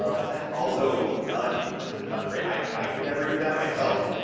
um but that's also not not great, i could never do that myself,